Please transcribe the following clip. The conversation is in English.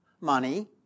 money